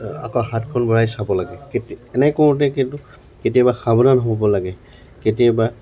আকৌ হাতখন ভৰাই চাব লাগে কে এনে কৰোঁতে কিন্তু কেতিয়াবা সাৱধান হ'ব লাগে কেতিয়াবা